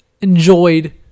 enjoyed